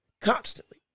constantly